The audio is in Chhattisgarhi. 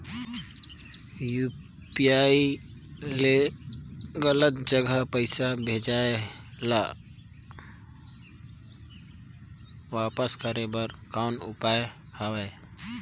यू.पी.आई ले गलत जगह पईसा भेजाय ल वापस करे बर कौन उपाय हवय?